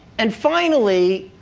and finally,